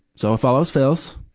so if all else fails,